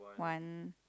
one